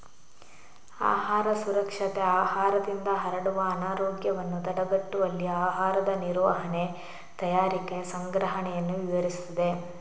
ಆಹಾರ ಸುರಕ್ಷತೆ ಆಹಾರದಿಂದ ಹರಡುವ ಅನಾರೋಗ್ಯವನ್ನು ತಡೆಗಟ್ಟುವಲ್ಲಿ ಆಹಾರದ ನಿರ್ವಹಣೆ, ತಯಾರಿಕೆ, ಸಂಗ್ರಹಣೆಯನ್ನು ವಿವರಿಸುತ್ತದೆ